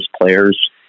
players